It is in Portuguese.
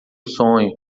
sonho